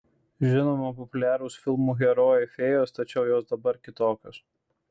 žinoma populiarūs filmų herojai fėjos tačiau jos dabar kitokios